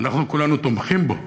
ואנחנו כולנו תומכים בו,